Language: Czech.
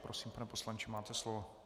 Prosím, pane poslanče, máte slovo.